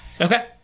Okay